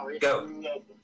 go